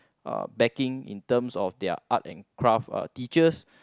uh backing in terms of their art and craft uh teachers